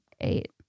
eight